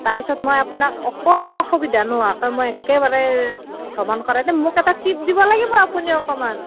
তাৰপিছত মই আপোনাক অকণো অসুবিধা নোহোৱাকৈ মই একেবাৰে ভ্ৰমণ কৰাই দিম মোক এটা টিপ দিব লাগিব আপুনি অকণমান